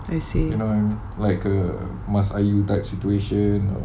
I see